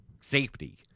safety